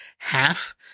Half